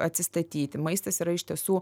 atsistatyti maistas yra iš tiesų